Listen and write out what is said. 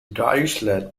dirichlet